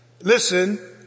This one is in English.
listen